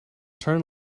turn